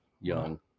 young